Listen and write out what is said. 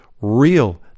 real